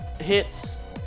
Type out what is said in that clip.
hits